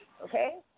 Okay